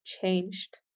changed